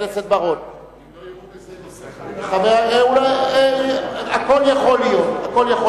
אם לא יראו בזה נושא חדש, הכול יכול להיות.